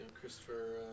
Christopher